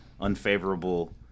unfavorable